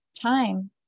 time